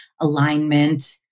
alignment